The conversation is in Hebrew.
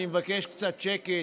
אני מבקש קצת שקט,